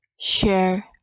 share